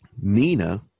Nina